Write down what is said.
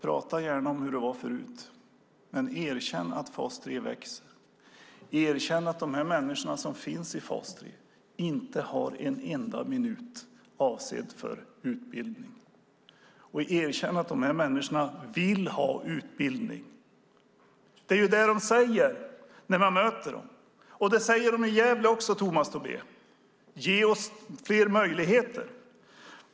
Prata gärna om hur det var förut, men erkänn att fas 3 växer! Erkänn att de människor som finns i fas 3 inte har en enda minut avsedd för utbildning! Erkänn också att de här människorna vill ha utbildning! Det är ju det de säger när man möter dem. Det säger de också i Gävle, Tomas Tobé: Ge oss fler möjligheter!